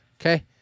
Okay